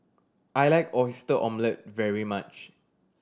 I like Oyster Omelette very much